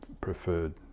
preferred